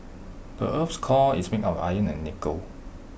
the Earth's core is made of iron and nickel